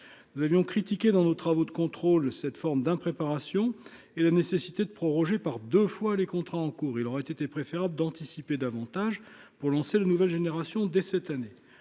nous avions critiqué dans nos travaux de contrôle, cette forme d'impréparation et la nécessité de proroger par 2 fois, les contrats en cours, il aurait été préférable d'anticiper davantage pour lancer la nouvelle génération dès cette année